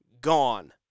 gone